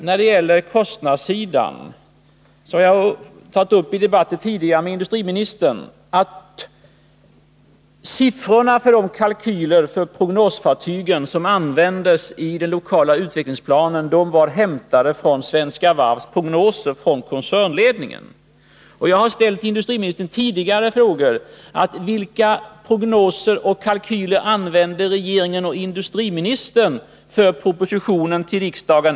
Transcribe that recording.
När det gäller kostnadssidan har jag tidigare i debatter med industriministern framhållit att de kalkyler för prognosfartyg som användes i den lokala utvecklingsplanen hade hämtats från Svenska Varvs koncernlednings prognoser. Jag har tidigare frågat industriministern: Vilka prognoser och kalkyler använde regeringen och industriministern när det gäller propositionen till riksdagen?